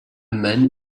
man